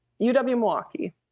UW-Milwaukee